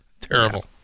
terrible